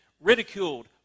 ridiculed